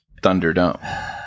Thunderdome